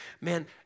Man